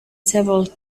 several